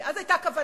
כי אז היתה כוונה,